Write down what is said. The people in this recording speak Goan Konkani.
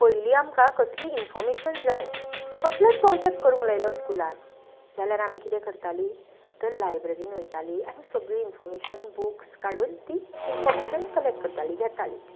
पयलीं आमकां कसली इन्फॉर्मेशन जाय कोसलोय प्रॉजॅक्ट करूंक लायलो स्कुलान जाल्यार आमी कितें करतालीं त लायब्ररीन वयतालीं आनी सगळी इन्फॉमेर्शन बुक्स काडून ती इन्फॉमेर्शन कलॅक्ट करतालीं घेतालीं